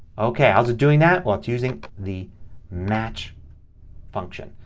okay. how's it doing that? well, it's using the match function.